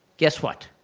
guess what?